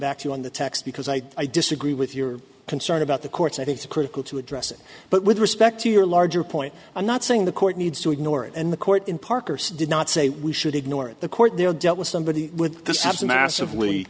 back to you on the text because i disagree with your concern about the courts i think the critical to address it but with respect to your larger point i'm not saying the court needs to ignore it and the court in parker did not say we should ignore it the court there dealt with somebody with